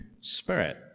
Spirit